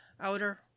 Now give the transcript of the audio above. Outer